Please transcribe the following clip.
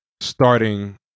starting